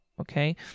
okay